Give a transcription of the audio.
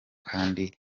kandi